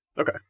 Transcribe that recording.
Okay